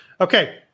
Okay